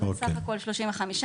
אז זה בסך הכל 35 מפגעים.